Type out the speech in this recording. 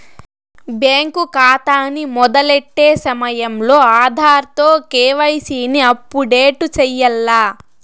bank కాతాని మొదలెట్టే సమయంలో ఆధార్ తో కేవైసీని అప్పుడేటు సెయ్యాల్ల